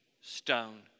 stone